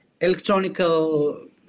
electronical